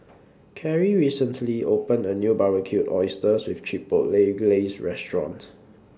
Karrie recently opened A New Barbecued Oysters with Chipotle Glaze Restaurant